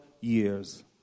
years